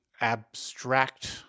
abstract